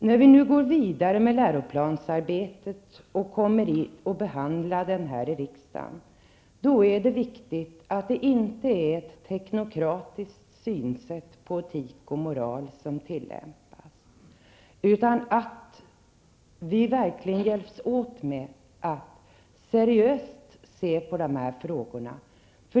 När vi nu går vidare med läroplansarbetet och behandlar läroplanen här i riksdagen, är det viktigt att det inte är ett teknokratiskt synsätt på etik och moral som tillämpas, utan att vi verkligen hjälps åt med att seriöst se på de här frågorna.